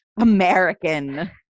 American